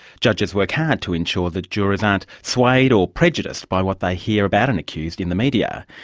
judges work hard to ensure that jurors aren't swayed or prejudiced by what they hear about an accused in the media.